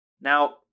now